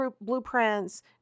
blueprints